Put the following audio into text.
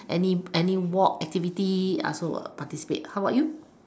any any walk activity I also will participate how about you